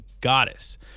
goddess